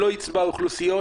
שלא יצבע אוכלוסיות,